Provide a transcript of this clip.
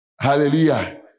Hallelujah